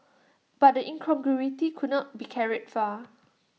but the incongruity could not be carried far